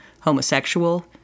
homosexual